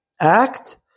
act